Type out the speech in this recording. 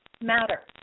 matter